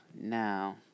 Now